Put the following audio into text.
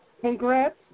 Congrats